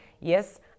yes